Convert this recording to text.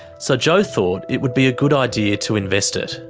so jo thought it would be a good idea to invest it.